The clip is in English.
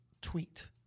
tweet